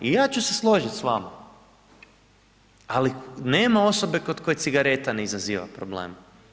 I ja ću se složit s vama, ali nema osobe kod koje cigareta ne izaziva probleme.